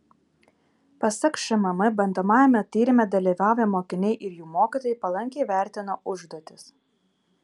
pasak šmm bandomajame tyrime dalyvavę mokiniai ir jų mokytojai palankiai vertino užduotis